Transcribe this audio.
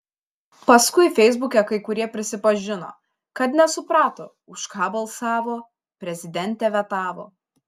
paskui feisbuke kai kurie prisipažino kad nesuprato už ką balsavo prezidentė vetavo